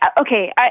okay